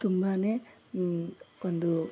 ತುಂಬಾ ಒಂದು